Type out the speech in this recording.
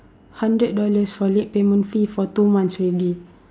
hundred dollars for late payment fee for two months already